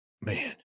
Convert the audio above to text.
man